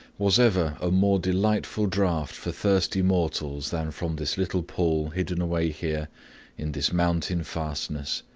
was ever a more delightful draught for thirsty mortals than from this little pool hidden away here in this mountain fastness?